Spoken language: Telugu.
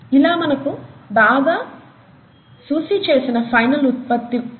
ఇలా మనకు బాగా సుశి చేసిన ఫైనల్ ఉత్పత్తి వచ్చే వరకు చేయాలి